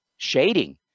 shading